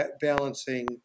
balancing